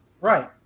right